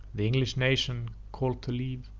the english nation call'd to leave,